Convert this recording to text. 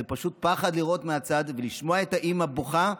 זה פשוט פחד לראות מהצד ולשמוע את האימא בוכה.